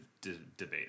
debate